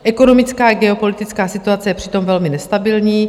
Ekonomická i geopolitická situace je přitom velmi nestabilní.